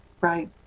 Right